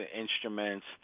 instruments